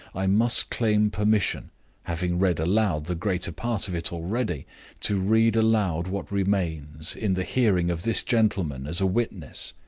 i must claim permission having read aloud the greater part of it already to read aloud what remains, in the hearing of this gentleman, as a witness.